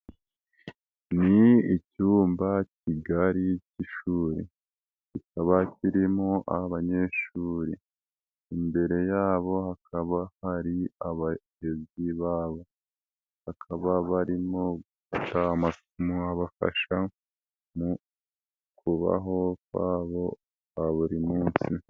Ni icyumba kigari cy'ishuri. Kikaba kirimo abanyeshuri, imbere yabo hakaba hari abarezi babo, bakaba barimo gufata amasomo abafasha mu kubaho kwabo kwa buri munsi.